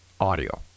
Audio